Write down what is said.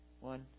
One